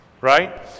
Right